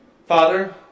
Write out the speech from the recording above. Father